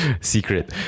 Secret